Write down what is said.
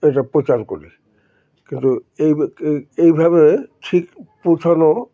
এটা প্রচার করি কিন্তু এই এইভাবে ঠিক পৌঁছানো